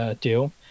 deal